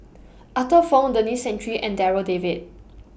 Arthur Fong Denis Santry and Darryl David